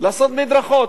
לעשות מדרכות,